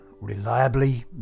Reliably